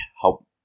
help